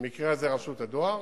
במקרה זה רשות הדואר,